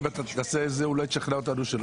אם אתה תנסה את זה, אולי תשכנע אותנו שלא.